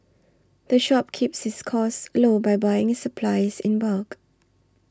the shop keeps its costs low by buying its supplies in bulk